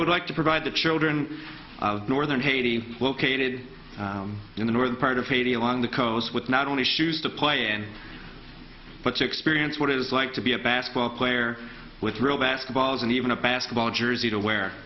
would like to provide the children of northern haiti located in the northern part of haiti along the coast with not only shoes to play in but to experience what it is like to be a basketball player with real basketball and even a basketball jersey to w